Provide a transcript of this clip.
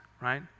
right